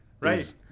Right